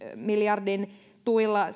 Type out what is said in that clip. miljardin tuilla